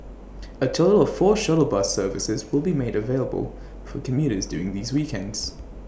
A total of four shuttle bus services will be made available for commuters during these weekends